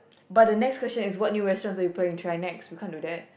but the next question is what new restaurants we you planning try next we can't do that